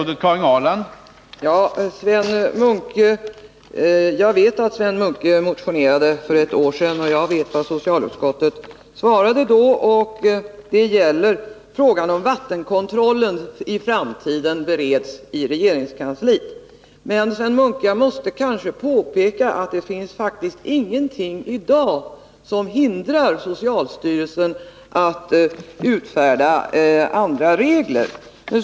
Herr talman! Jag vet att Sven Munke motionerade för ett år sedan, och jag vet vad socialutskottet svarade. Frågan om vattenkontrollen i framtiden bereds i regeringskansliet. Men, Sven Munke, jag måste påpeka att det i dag faktiskt inte finns någonting som hindrar socialstyrelsen att utfärda andra regler.